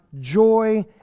joy